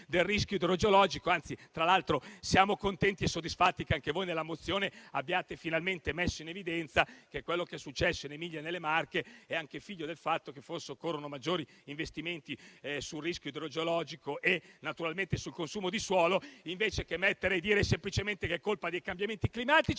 Grazie a tutti